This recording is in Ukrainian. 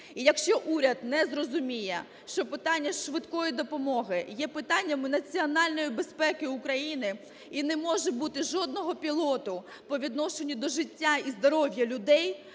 І якщо уряд не зрозуміє, що питання "швидкої допомоги" є питаннями національної безпеки України і не може бути жодного пілоту по відношенню до життя і здоров'я людей,